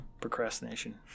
procrastination